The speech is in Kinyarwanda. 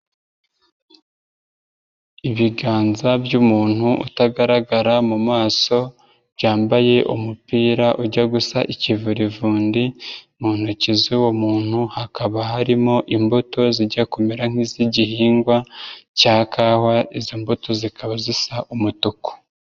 Ibiganza by'umuntu utagaragara mu maso, byambaye umupira ujya gusa ikivurivundi, mu ntoki z'uwo muntu hakaba harimo imbuto zijya kumera nk'iz'igihingwa cya kawa, izi mbuto zikaba zisa umutuku.